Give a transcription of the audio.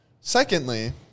Secondly